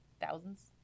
thousands